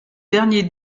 dernier